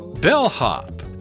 Bellhop